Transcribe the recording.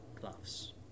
gloves